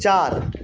চার